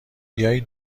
بیایید